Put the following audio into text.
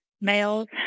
males